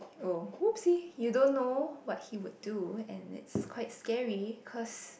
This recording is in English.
oh !oopsie! you don't know what he would do and it's quite scary cause